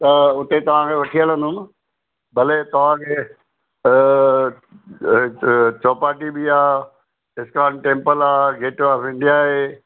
त उते तव्हांखे वठी हलंदुमि भले तव्हांखे चौपाटी बि आहे इस्कान टेम्पल आहे गेटवे ऑफ इंडिया आहे